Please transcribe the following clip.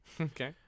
Okay